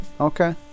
Okay